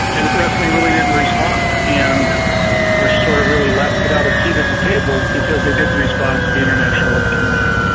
and wrestling really didn't respond, and we are sort of really left without a seat at the table because they didn't respond to the international olympic committee.